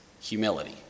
humility